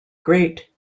great